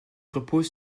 repose